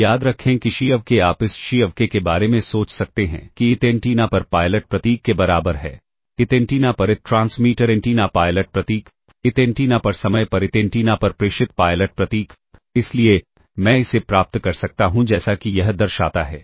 अब याद रखें कि Xi of K आप इस Xi of K के बारे में सोच सकते हैं कि ith एंटीना पर पायलट प्रतीक के बराबर है ith एंटीना पर ith ट्रांसमीटर एंटीना पायलट प्रतीक ith एंटीना पर समय पर ith एंटीना पर प्रेषित पायलट प्रतीक इसलिए मैं इसे प्राप्त कर सकता हूं जैसा कि यह दर्शाता है